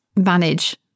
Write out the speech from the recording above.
manage